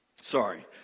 Sorry